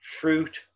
fruit